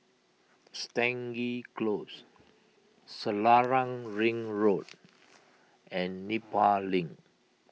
Stangee Close Selarang Ring Road and Nepal Link